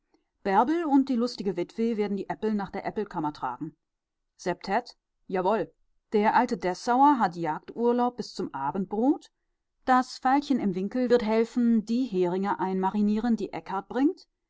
bärbel und die lustige witwe werden die äppel nach der äppelkammer tragen septett jawohl der alte dessauer hat jagdurlaub bis zum abendbrot das veilchen im winkel wird helfen die heringe einmarinieren die ekkehard bringt